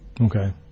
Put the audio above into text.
Okay